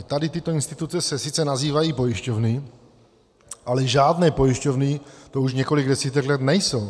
Tady tyto instituce se sice nazývají pojišťovny, ale žádné pojišťovny to už několik desítek let nejsou.